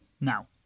Now